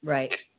Right